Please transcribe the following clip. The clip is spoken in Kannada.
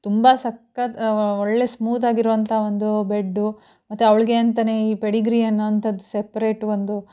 ತುಂಬ ಸಕ್ಕತ್ ಒಳ್ಳೆಯ ಸ್ಮೂತಾಗಿರುವಂಥ ಒಂದು ಬೆಡ್ಡು ಮತ್ತು ಅವ್ಳಿಗೆ ಅಂತಲೇ ಈ ಪೆಡಿಗ್ರಿ ಅನ್ನೋವಂಥದ್ದು ಸಪ್ರೇಟ್ ಒಂದು